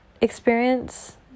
experience